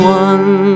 one